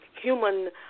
human